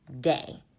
day